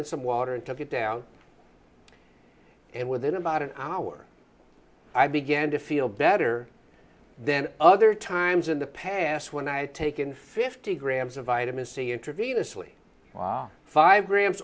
in some water and took it down and within about an hour i began to feel better then other times in the past when i had taken fifty grams of vitamin c intravenously wow five grams